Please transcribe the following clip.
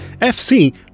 FC